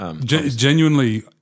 Genuinely